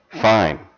Fine